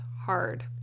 hard